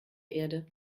erde